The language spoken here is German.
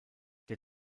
der